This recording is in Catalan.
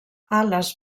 ales